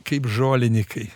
kaip žolinykai